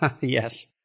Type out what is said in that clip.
Yes